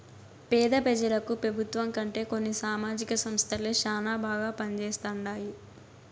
పేద పెజలకు పెబుత్వం కంటే కొన్ని సామాజిక సంస్థలే శానా బాగా పంజేస్తండాయి